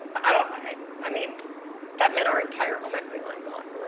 i i mean that meant our entire home equity line gone.